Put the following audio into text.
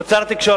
כבוד שר התקשורת,